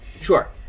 sure